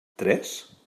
tres